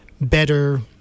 better